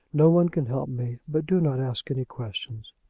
no one can help me. but do not ask any questions.